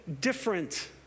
different